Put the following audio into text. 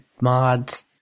mods